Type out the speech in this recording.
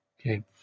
Okay